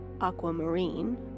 Aquamarine